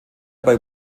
bei